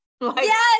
Yes